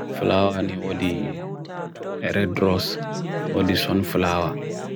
Felawa ani wo di eredros wo di sonfelawa.